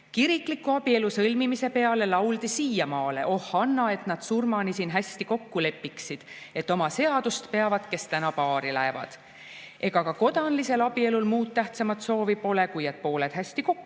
"Kirikliku abielu sõlmimise peale lauldi siiamaale: "Oh anna, et nad surmani siin hästi kokku lepiksid … Et oma seadust peavad, kes täna paari lähevad." Ega ka kodanlisel abielul muud tähtsamat soovi pole, kui et pooled hästi kokku lepiksid.